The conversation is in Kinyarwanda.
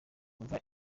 bumva